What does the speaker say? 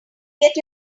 get